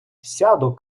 сяду